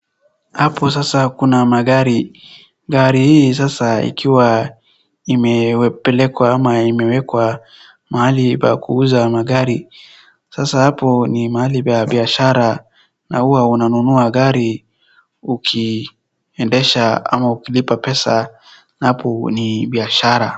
Hapo sasa kuna magari. Gari hii sasa ikiwa imepelekwa ama imewekwa mahali pa kuuza magari. Sasa hapo ni mahali pa biashara na huwa unanunua gari ukiendesha ama ukilipa pesa napo ni biashara.